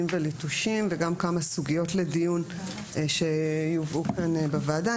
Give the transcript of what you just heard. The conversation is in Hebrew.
וליטושים וגם כמה סוגיות לדיון שיובאו בוועדה.